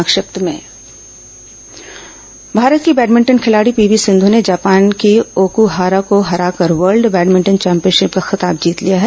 संक्षिप्त समाचार भारत की बैडभिंटन खिलाड़ी पीवी सिंधु ने जापान की ओकुहारा को हराकर वर्ल्ड बैडभिंटन चैंपियनशिप का खिताब जीत लिया है